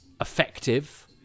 effective